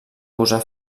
posar